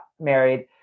married